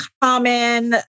common